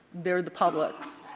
they are the public's.